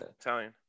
italian